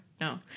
No